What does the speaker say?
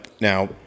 Now